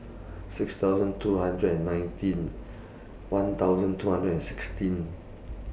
six thousand two hundred and nineteen one thousand two hundred and sixteen